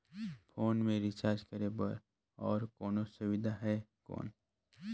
Phone मे recharge करे बर और कोनो सुविधा है कौन?